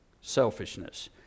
selfishness